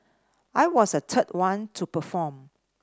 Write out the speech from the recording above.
I was the third one to perform